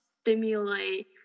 stimulate